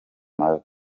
mavi